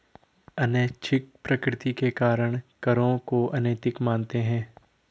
अनैच्छिक प्रकृति के कारण करों को अनैतिक मानते हैं